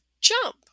jump